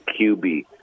QB